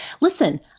listen